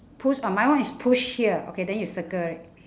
pull oh my one is push here then you circle it